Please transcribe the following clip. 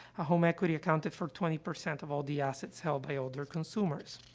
ah, home equity accounted for twenty percent of all the assets held by older consumers.